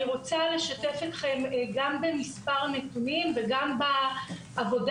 אני רוצה לשתף אתכם גם במספר נתונים וגם בעבודה